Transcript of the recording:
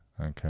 Okay